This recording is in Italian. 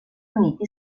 uniti